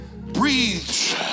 breathes